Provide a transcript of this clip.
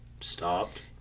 stopped